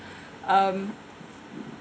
um